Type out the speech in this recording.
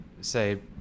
say